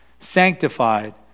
sanctified